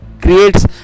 creates